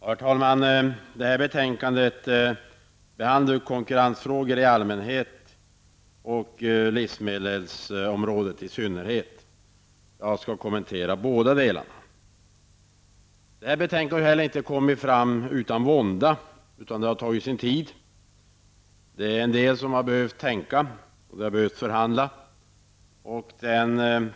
Herr talman! Det här betänkandet handlar om konkurrensfrågor i allmänhet och livsmedelsområdet i synnerhet. Jag skall kommentera båda delarna. Betänkandet har inte kommit fram utan vånda. Det har tagit sin tid. Det är en del som har behövt tänka och en del som det har behövts förhandla om.